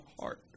heart